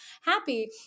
happy